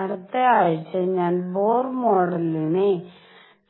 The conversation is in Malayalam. അടുത്ത ആഴ്ച ഞാൻ ബോർ മോഡലിനെ